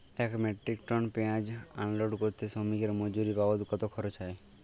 এক metric tonne পেঁয়াজ unload করতে শ্রমিকের মজুরি বাবদ কত খরচ হয়?